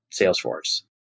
Salesforce